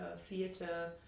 theatre